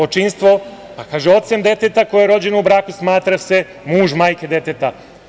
Očinstvo, kaže – ocem deteta koje je rođeno u braku smatra se muž majke deteta.